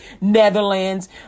Netherlands